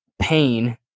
pain